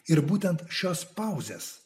ir būtent šios pauzės